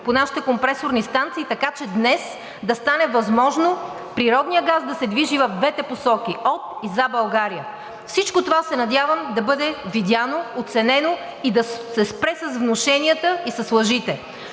по нашите компресорни станции, така че днес да стане възможно природният газ да се движи в двете посоки – от и за България. Всичко това се надявам да бъде видяно, оценено и да се спре с внушенията и с лъжите.